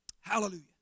Hallelujah